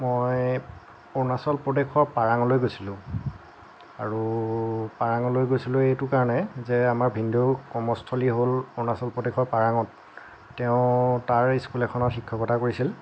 মই অৰুণাচল প্ৰদেশৰ পাৰাঙলৈ গৈছিলোঁ আৰু পাৰাঙলৈ গৈছিলোঁ এইটো কাৰণেই যে আমাৰ ভিনদেউৰ কৰ্মস্থলী হ'ল অৰুণাচল প্ৰদেশৰ পাৰাঙত তেওঁ তাৰে স্কুল এখনত শিক্ষকতা কৰিছিল